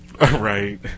Right